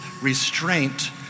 restraint